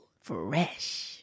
Fresh